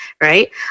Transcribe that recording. right